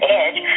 edge